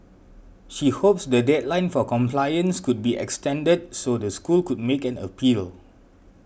she hopes the deadline for compliance could be extended so the school could make an appeal